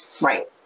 Right